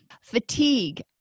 fatigue